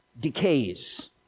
decays